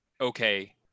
okay